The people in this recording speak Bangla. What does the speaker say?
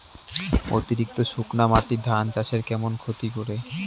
অতিরিক্ত শুকনা মাটি ধান চাষের কেমন ক্ষতি করে?